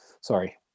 sorry